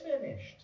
finished